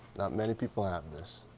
not many people have this.